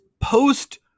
post